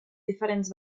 diferents